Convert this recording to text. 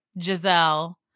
Giselle